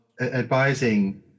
advising